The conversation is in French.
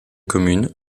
communes